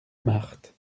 marthe